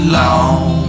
long